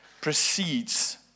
precedes